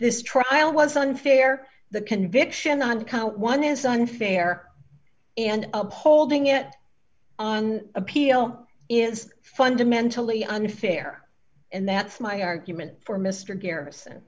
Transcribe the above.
this trial was unfair the conviction on count one is unfair and upholding it on appeal is fundamentally unfair and that's my argument for mr garrison